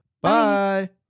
bye